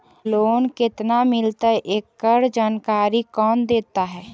Loan केत्ना मिलतई एकड़ जानकारी कौन देता है?